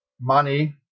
money